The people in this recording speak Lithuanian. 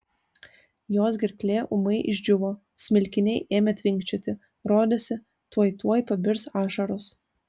jos gerklė ūmai išdžiūvo smilkiniai ėmė tvinkčioti rodėsi tuoj tuoj pabirs ašaros